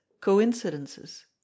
coincidences